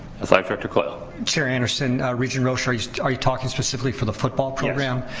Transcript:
athletic director coyle. chair anderson, regent rosha are you are you talking specifically for the football program?